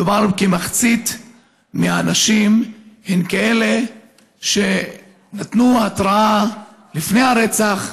מדובר על כך שמחצית הנשים הן כאלה שנתנו התראה לפני הרצח,